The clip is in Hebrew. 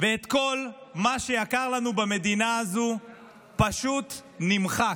ואת כל מה שיקר לנו במדינה הזו פשוט נמחק.